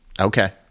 Okay